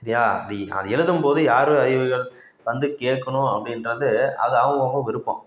சரியா அது அது எழுதும் போது யார் ஐய்யய்யோ வந்து கேட்கணும் அப்படின்றது அது அவுங்கவங்க விருப்பம்